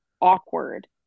awkward